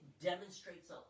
demonstrates